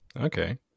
Okay